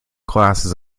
classes